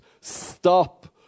Stop